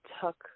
took